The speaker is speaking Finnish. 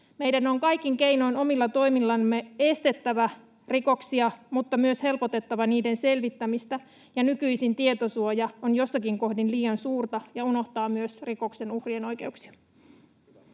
Meidän on kaikin keinoin omilla toimillamme estettävä rikoksia, mutta myös helpotettava niiden selvittämistä. Nykyisin tietosuoja on joissakin kohdin liian suurta ja unohtaa myös rikoksen uhrien oikeuksia.